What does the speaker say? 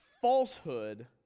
falsehood